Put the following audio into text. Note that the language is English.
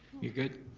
you good?